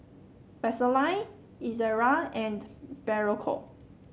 Vaselin Ezerra and Berocca